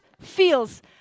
feels